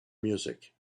music